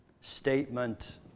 statement